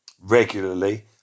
regularly